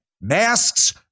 Masks